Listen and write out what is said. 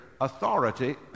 authority